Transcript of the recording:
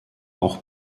auch